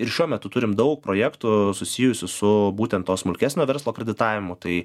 ir šiuo metu turim daug projektų susijusių su būtent to smulkesnio verslo kreditavimu tai